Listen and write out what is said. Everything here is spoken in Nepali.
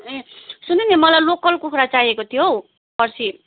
ए सुन्नु नि मलाई लोकल कुखुरा चाहिएको थियो हौ पर्सी